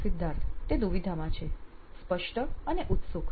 સિદ્ધાર્થ તે દુવિધામાં છે સ્પષ્ટ અને ઉત્સુક